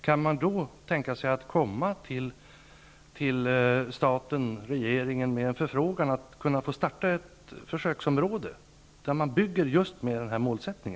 Kan kommunen då komma till regeringen med en förfrågan om att få starta ett försöksområde där man bygger med just denna målsättning?